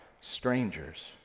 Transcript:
strangers